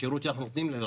ושירות שאנחנו נותנים.